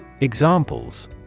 Examples